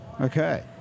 Okay